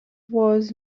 was